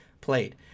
played